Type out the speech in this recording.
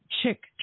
Chick